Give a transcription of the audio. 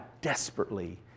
desperately